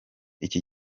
iki